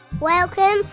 Welcome